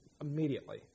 immediately